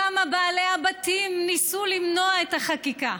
כמה בעלי הבתים ניסו למנוע את החקיקה,